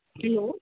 hello